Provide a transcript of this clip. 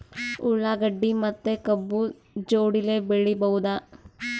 ಉಳ್ಳಾಗಡ್ಡಿ ಮತ್ತೆ ಕಬ್ಬು ಜೋಡಿಲೆ ಬೆಳಿ ಬಹುದಾ?